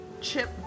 Chip